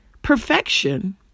Perfection